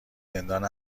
زندان